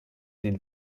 den